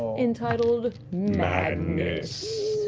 entitled madness.